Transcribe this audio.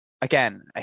again